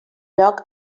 lloc